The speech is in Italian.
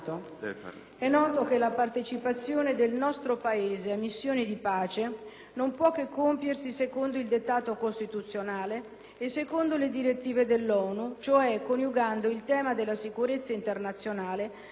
non può che compiersi secondo il dettato costituzionale e secondo le direttive dell'ONU, cioè coniugando il tema della sicurezza internazionale con quello dello sviluppo e dell'autonomia dei territori oggetto del nostro impegno.